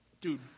dude